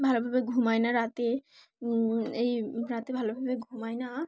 ভালোভাবে ঘুমায় না রাতে এই রাতে ভালোভাবে ঘুমায় না